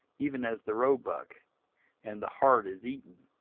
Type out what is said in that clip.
even as the roebuck and the hart is eaten,